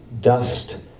dust